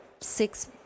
six